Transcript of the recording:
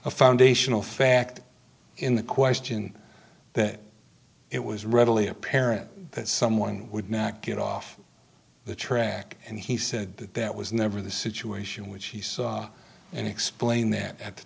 a foundational fact in the question that it was readily apparent that someone would not get off the track and he said that that was never the situation which he saw and explained that at the